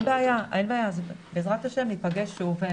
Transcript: אין בעיה, בעזרת ה' ניפגש שוב.